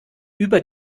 über